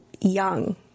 young